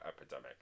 epidemic